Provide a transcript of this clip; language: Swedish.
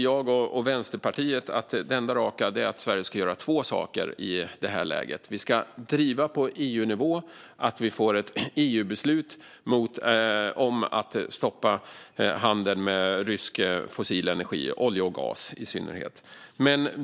Jag och Vänsterpartiet anser att det enda raka är att Sverige gör två saker i det här läget. Sverige ska på EU-nivå driva på för ett EU-beslut om att stoppa handeln med rysk fossil energi, i synnerhet olja och gas.